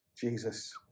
Jesus